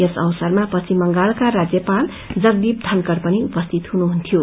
यस अवसरमा पश्चिम बंगातका राज्यपाल जगदीप धनखड़ पनि उपस्थित हुनुहुन्य्यो